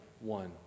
one